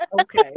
Okay